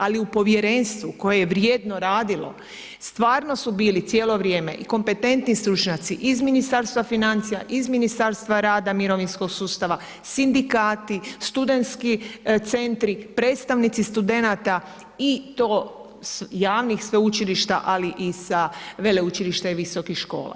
Ali, u Povjerenstvu koje je vrijedno radilo, stvarno su bili cijelo vrijem i kompetentni stručnjaci iz Ministarstva financija, iz Ministarstva rada i mirovinskog sustava, sindikati, studentski centri, predstavnici studenata i to javnih Sveučilišta, ali i sa Veleučilišta i visokih škola.